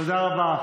תודה רבה,